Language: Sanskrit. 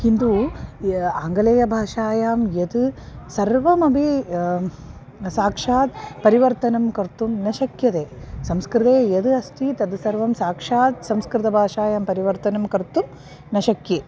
किन्दु य आङ्गलेयभाषायां यत् सर्वमपि साक्षात् परिवर्तनं कर्तुं न शक्यते संस्कृते यदस्ति तत् सर्वं साक्षात् संस्कृतभाषायां परिवर्तनं कर्तुं न शक्यते